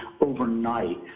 overnight